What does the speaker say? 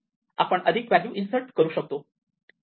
आपण अधिक value insert करू शकतो